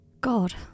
God